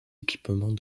équipements